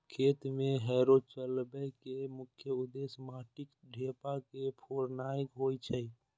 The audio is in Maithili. खेत मे हैरो चलबै के मुख्य उद्देश्य माटिक ढेपा के फोड़नाय होइ छै